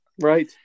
Right